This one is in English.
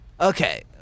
Okay